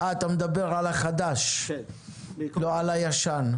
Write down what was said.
אתה מדבר על החדש, לא על הישן.